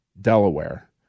Delaware